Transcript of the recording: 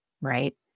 right